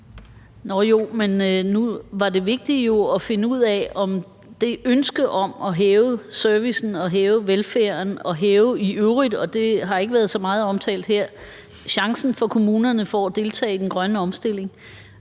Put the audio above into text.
Nå jo, men nu var det vigtige jo at finde ud af, om det ønske om at hæve servicen og hæve velfærden og i øvrigt hæve – og det har ikke været så meget omtalt her – chancen for kommunerne for at deltage i den grønne omstilling